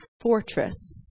fortress